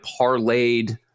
parlayed